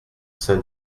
saint